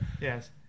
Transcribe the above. Yes